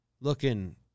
Looking